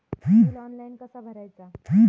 Bill online कसा भरायचा?